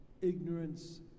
Ignorance